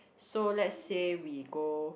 so let's say we go